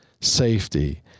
safety